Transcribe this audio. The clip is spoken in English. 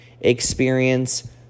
experience